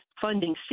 funding